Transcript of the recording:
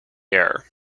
air